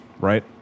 right